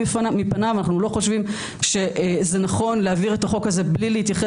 הטבעי, הנכון, החשוב והקרדינלי.